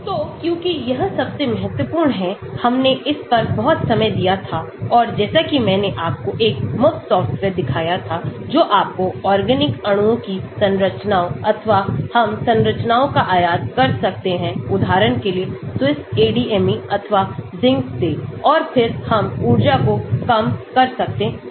तो क्योंकि यह सबसे महत्वपूर्ण है हमने इस पर बहुत समय दीया था और जैसा कि मैंने आपको एक मुफ्त सॉफ्टवेयर दिखाया था जो आपको ऑर्गेनिक अणुओं की संरचनाओं अथवाहम संरचनाओं का आयात कर सकते हैं उदाहरण के लिए SWISSADME अथवा ZINCसे और फिर हम ऊर्जा को कम कर सकते हैं